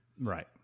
Right